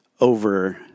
over